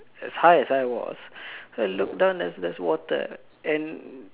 as high as I was so I look down there's there's water and